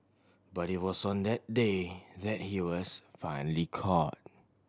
but it was on that day that he was finally caught